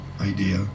idea